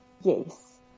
Yes